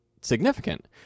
significant